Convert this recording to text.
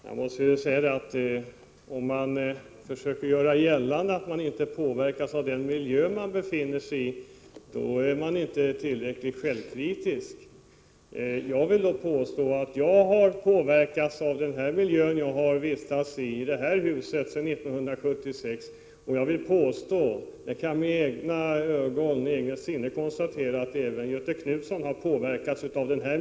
Herr talman! Om man försöker göra gällande att man inte påverkas av den miljö som man befinner sig i, är man inte tillräckligt självkritisk. Jag vill påstå att jag har påverkats av den miljö som jag har vistats i i det här huset sedan 1976. Jag kan också konstatera att Göthe Knutson har påverkats av miljön här.